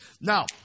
Now